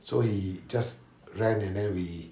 so he just rent and then we